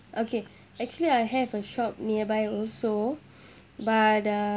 okay actually I have a shop nearby also but uh